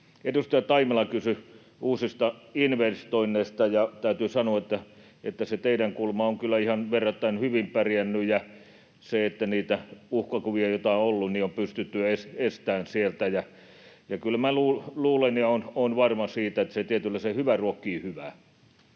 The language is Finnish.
Edustaja Taimela kysyi uusista investoinneista, ja täytyy sanoa, että se teidän kulma on kyllä ihan verrattain hyvin pärjännyt ja niitä uhkakuvia, joita on ollut, on pystytty estämään sieltä, ja kyllä minä luulen ja olen varma siitä, että se hyvä ruokkii hyvää.